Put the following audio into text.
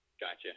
Gotcha